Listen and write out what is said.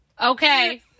Okay